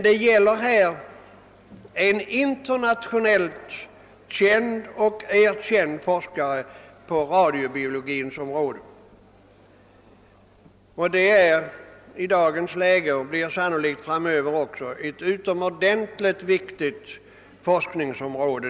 Det gäller emellertid en internationellt känd och erkänd forskare inom radiobiologin — ett i dagens läge och speciellt med tanke på framtiden utomordentligt viktigt forskningsområde.